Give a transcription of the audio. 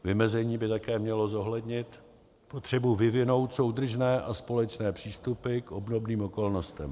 Vymezení by také mělo zohlednit potřebu vyvinout soudržné a společné přístupy k obdobným okolnostem.